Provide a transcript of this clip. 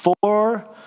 four